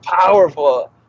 powerful